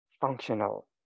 Functional